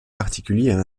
particuliers